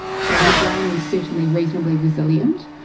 so her brain was certainly reasonably resilient.